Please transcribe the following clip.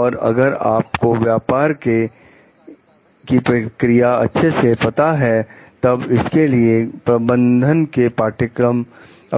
और अगर आपको व्यापार की प्रक्रिया अच्छे से पता है तब इसीलिए प्रबंधन के पाठ्यक्रम